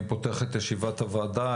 אני פותח את ישיבת הוועדה,